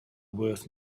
worth